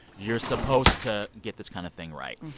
you're supposed to get this kind of thing right.